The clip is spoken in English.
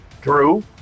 Drew